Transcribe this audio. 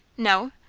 no.